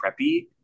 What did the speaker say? preppy